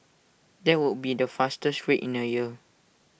that would be the fastest rate in A year